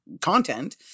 content